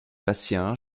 patient